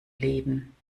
leben